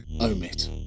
Omit